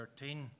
13